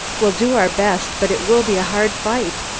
we'll do our best but it will be a hard fight.